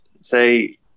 say